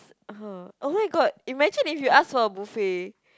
uh oh-my-god imagine if you ask for a buffet